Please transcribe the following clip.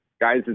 guys